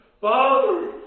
Father